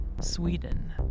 Sweden